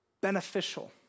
beneficial